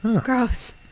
Gross